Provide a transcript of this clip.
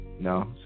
No